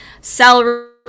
celery